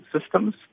systems